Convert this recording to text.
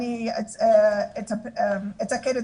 אני אתקן,